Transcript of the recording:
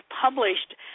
published